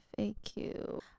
FAQ